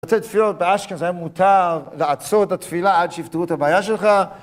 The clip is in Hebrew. לצאת תפילות באשכנז היה מותר לעצור את התפילה עד שיפתרו את הבעיה שלך